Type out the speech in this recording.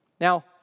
Now